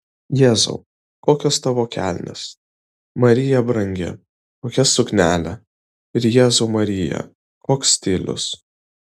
jėzau kokios tavo kelnės marija brangi kokia suknelė ir jėzau marija koks stilius